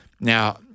Now